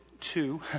two